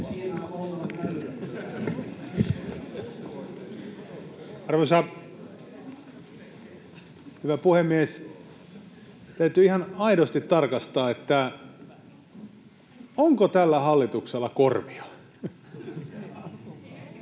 hyvä. Hyvä puhemies! Täytyy ihan aidosti tarkastaa, onko tällä hallituksella korvia.